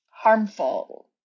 Harmful